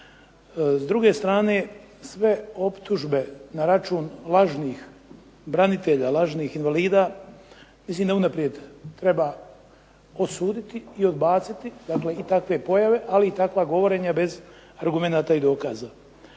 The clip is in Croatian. S druge strane sve optužbe na račun lažnih branitelja, lažnih invalida mislim da unaprijed treba osuditi i odbaciti, dakle i takve pojave ali i takva govorenja bez argumenata i dokaza.